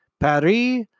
Paris